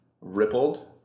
rippled